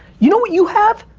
you know what you have?